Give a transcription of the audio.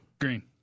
Green